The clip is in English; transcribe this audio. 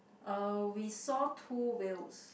uh we saw two whales